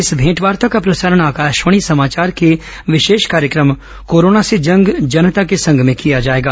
इस भेंटवार्ता का प्रसारण आकाशवाणी समाचार के विशेष कार्यक्रम कोरोना से जंग जनता के संग में किया जाएगा